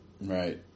Right